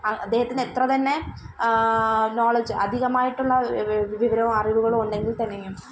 അ അദ്ദേഹത്തിനെത്രതന്നെ നോളജ് അധികമായിട്ടുള്ള വ് വിവരവും അറിവുകളൊ ഉണ്ടെങ്കില്ത്തന്നെയും